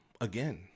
again